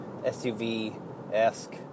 SUV-esque